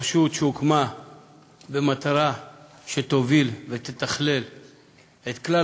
רשות שהוקמה במטרה להוביל ולתכלל את כלל